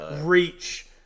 reach